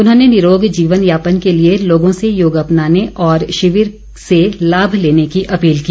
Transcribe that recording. उन्होंने निरोग जीवन यापन के लिए लोगों से योग अपनाने और शिविर से लाभ लेने की अपील की